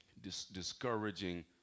discouraging